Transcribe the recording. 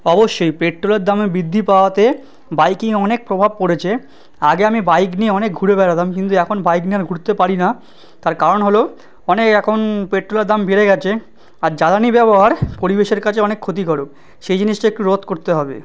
অবশ্যই পেট্রলের দামে বৃদ্ধি পাওয়াতে বাইকিংয়ে অনেক প্রভাব পড়েছে আগে আমি বাইক নিয়ে অনেক ঘুরে বেড়াতাম কিন্তু এখন বাইক নিয়ে আমি ঘুরতে পারি না তার কারণ হলো অনেক এখন পেট্রলের দাম বেড়ে গেছে আর জ্বালানি ব্যবহার পরিবেশের কাছে অনেক ক্ষতিকারক সেই জিনিসটা একটু রদ করতে হবে